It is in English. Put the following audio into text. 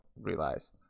realize